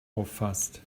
auffasst